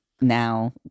now